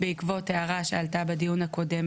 בעקבות הערה שעלתה בדיון הקודם,